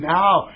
now